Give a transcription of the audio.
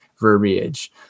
verbiage